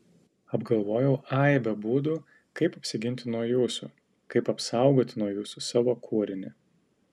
apgalvojau aibę būdų kaip apsiginti nuo jūsų kaip apsaugoti nuo jūsų savo kūrinį